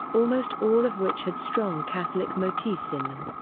almost all of which had strong catholic motifs in them.